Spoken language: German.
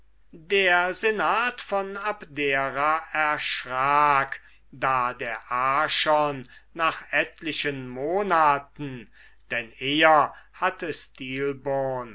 der senat von abdera erschrak da der archon nach etlichen monaten denn eher hatte